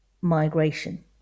migration